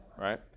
right